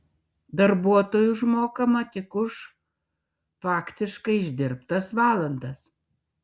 darbuotojui užmokama tik už faktiškai išdirbtas valandas